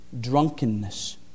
drunkenness